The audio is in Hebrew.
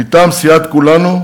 מטעם סיעת כולנו,